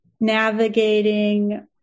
navigating